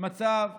מצב שילד,